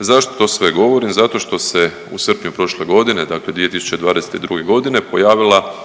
Zašto to sve govorim? Zato što se u srpnju prošle godine dakle 2022.g. pojavila